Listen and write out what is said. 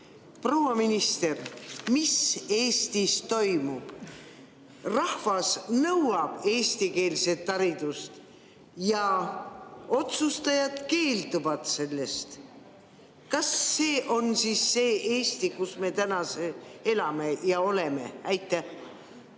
proua minister, mis Eestis toimub? Rahvas nõuab eestikeelset haridust, aga otsustajad keelduvad sellest. Kas see on siis see Eesti, kus me täna elame ja oleme? Aitäh!